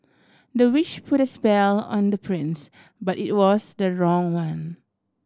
the witch put a spell on the prince but it was the wrong one